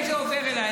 אם זה עובר אליי,